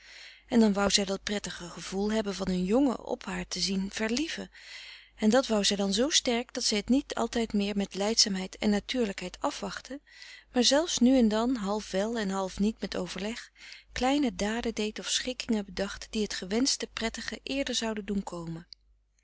en dan wou zij dat prettige gevoel hebben van een jongen op haar te zien verlieven en dat wou zij dan zoo sterk dat zij het niet altijd meer met lijdzaamheid en natuurlijkheid afwachtte maar zelfs nu en dan half wel en half niet met overleg kleine daden deed of schikkingen bedacht die het gewenschte prettige eerder zouden doen komen